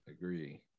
Agree